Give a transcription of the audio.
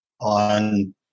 on